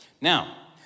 Now